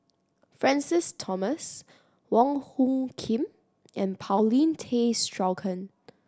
Francis Thomas Wong Hung Khim and Paulin Tay Straughan